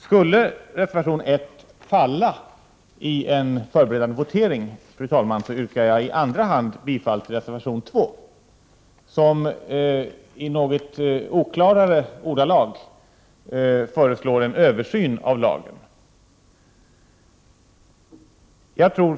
Skulle reservation 1 falla vid en förberedande votering, fru talman, yrkar jag i andra hand bifall till reservation 2, som i något oklarare ordalag föreslår en översyn av lagen. Fru talman!